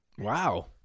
Wow